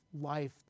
life